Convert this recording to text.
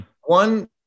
One